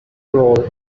role